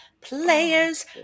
Players